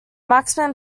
maximum